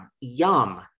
yum